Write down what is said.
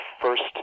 first